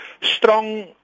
strong